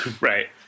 Right